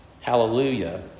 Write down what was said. Hallelujah